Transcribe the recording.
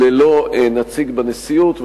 ללא נציג בנשיאות,